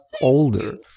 older